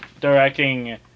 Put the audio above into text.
directing